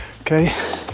Okay